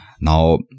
Now